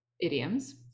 idioms